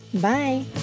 bye